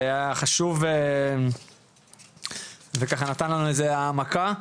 זה היה חשוב, ונתן לנו העמקה.